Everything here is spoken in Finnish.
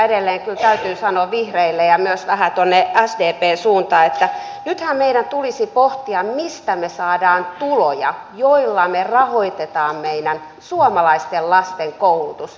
edelleen kyllä täytyy sanoa vihreille ja vähän myös tuonne sdpn suuntaan että nythän meidän tulisi pohtia mistä me saamme tuloja joilla me rahoitamme meidän suomalaisten lasten koulutuksen